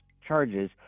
charges